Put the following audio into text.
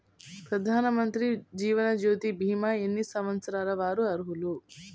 ప్రధానమంత్రి జీవనజ్యోతి భీమా ఎన్ని సంవత్సరాల వారు అర్హులు?